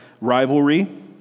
rivalry